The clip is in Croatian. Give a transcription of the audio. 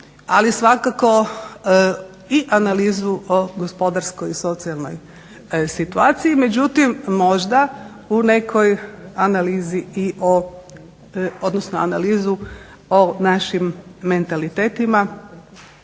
ali svakako i analizu o gospodarskoj i socijalnoj situaciji, međutim možda u nekoj analizi, odnosno analizu o našim mentalitetima